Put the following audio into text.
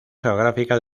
geográfica